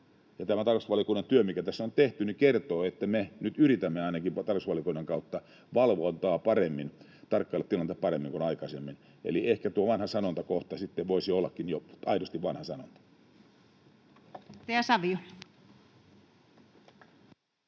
tämä tarkastusvaliokunnan työ, mikä tässä on tehty, kertoo, että me nyt yritämme ainakin tarkastusvaliokunnan kautta valvoa paremmin, tarkkailla tilannetta paremmin kuin aikaisemmin. Eli ehkä tuo vanha sanonta kohta sitten voisi ollakin jo aidosti vanha sanonta.